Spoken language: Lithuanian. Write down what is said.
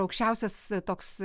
aukščiausias toks